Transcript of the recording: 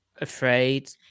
afraid